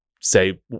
say